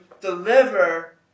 deliver